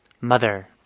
Mother